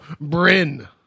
Bryn